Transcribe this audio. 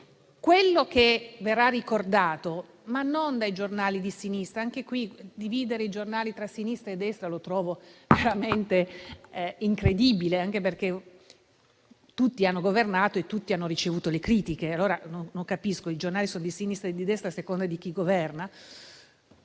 aspetto che verrà ricordato, e non solo dai giornali di sinistra. Anche qui, dividere i giornali tra sinistra e destra lo trovo veramente incredibile, anche perché tutti hanno governato e tutti hanno ricevuto critiche. Allora non capisco: i giornali sono di sinistra o di destra a seconda di chi governa?